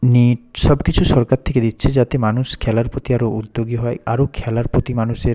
net সব কিছু সরকার থেকে দিচ্ছে যাতে মানুষ খেলার প্রতি আরো উদ্যোগী হয় আরো খেলার প্রতি মানুষের